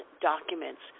documents